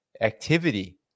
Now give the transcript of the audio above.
activity